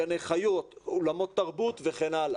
גני חיות, אולמות תרבות וכן הלאה.